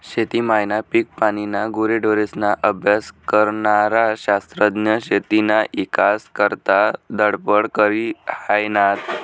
शेती मायना, पिकपानीना, गुरेढोरेस्ना अभ्यास करनारा शास्त्रज्ञ शेतीना ईकास करता धडपड करी हायनात